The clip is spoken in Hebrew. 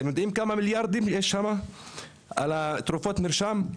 אתם יודעים כמה מיליארדים יש שם על תרופות מרשם?